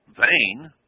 vain